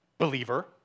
Believer